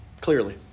clearly